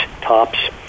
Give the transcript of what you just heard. tops